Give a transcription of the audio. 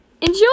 enjoy